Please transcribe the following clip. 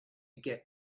get